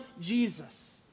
Jesus